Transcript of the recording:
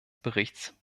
berichts